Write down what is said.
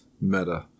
meta